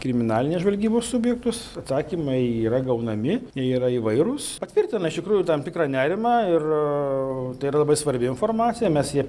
kriminalinės žvalgybos subjektus atsakymai yra gaunami jie yra įvairūs patvirtina iš tikrųjų tam tikrą nerimą ir tai yra labai svarbi informacija mes ja